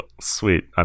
Sweet